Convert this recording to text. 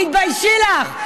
תתביישי לך.